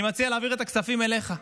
אני מציע להעביר את הכספים אליך,